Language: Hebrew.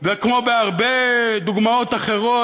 כמו בהרבה דוגמאות אחרות,